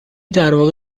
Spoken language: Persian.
درواقع